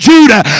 Judah